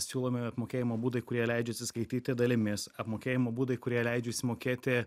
siūlomi apmokėjimo būdai kurie leidžia atsiskaityti dalimis apmokėjimo būdai kurie leidžia išsimokėti